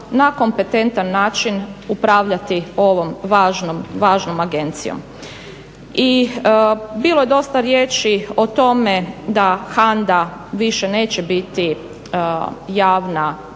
na kompetentan način upravljati ovom važnom agencijom. I bilo je dosta riječi o tome da HANDA više neće biti javna